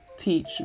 teach